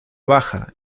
baja